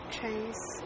Chase